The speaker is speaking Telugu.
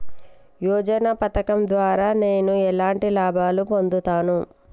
యోజన పథకం ద్వారా నేను ఎలాంటి లాభాలు పొందుతాను?